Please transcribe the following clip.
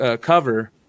cover